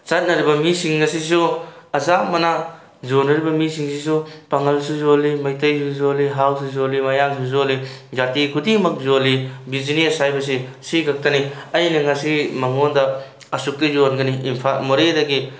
ꯆꯠꯅꯔꯤꯕ ꯃꯤꯁꯤꯡ ꯑꯁꯤꯁꯨ ꯑꯆꯝꯕꯅ ꯌꯣꯟꯅꯔꯤꯕ ꯃꯤꯁꯤꯡꯁꯤꯁꯨ ꯄꯥꯡꯒꯜꯁꯨ ꯌꯣꯜꯂꯤ ꯃꯩꯇꯩꯁꯨ ꯌꯣꯜꯂꯤ ꯍꯥꯎꯁꯨ ꯌꯣꯜꯂꯤ ꯃꯌꯥꯡꯁꯨ ꯌꯣꯜꯂꯤ ꯖꯥꯇꯤ ꯈꯨꯗꯤꯡꯃꯛ ꯌꯣꯜꯂꯤ ꯕꯤꯖꯤꯅꯦꯁ ꯍꯥꯏꯕꯁꯦ ꯁꯤ ꯈꯛꯇꯅꯤ ꯑꯩꯅ ꯉꯁꯤ ꯃꯉꯣꯟꯗ ꯑꯁꯨꯛꯀꯤ ꯌꯣꯟꯒꯅꯤ ꯏꯝꯐꯥꯜ ꯃꯣꯔꯦꯗꯒꯤ